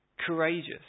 courageous